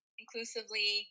inclusively